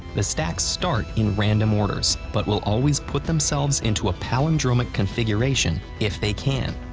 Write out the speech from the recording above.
the stacks start in random orders, but will always put themselves into a palindromic configuration if they can.